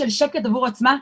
של שקט עבור עצמה,